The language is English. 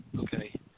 okay